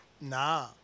Nah